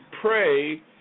pray